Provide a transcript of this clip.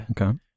Okay